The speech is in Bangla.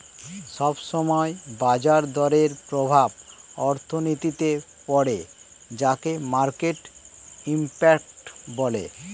সব সময় বাজার দরের প্রভাব অর্থনীতিতে পড়ে যাকে মার্কেট ইমপ্যাক্ট বলে